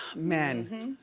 men,